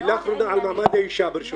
מילה אחרונה על מעמד האישה, ברשותך.